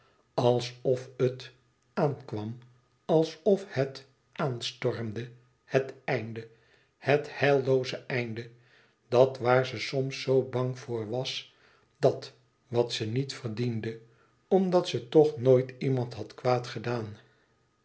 alsof het aankwam alsof het aanstormde het einde het heillooze einde dat waar ze soms zoo bang voor was dat wat ze niet verdiende omdat ze toch nooit iemand had kwaad gedaan